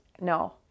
No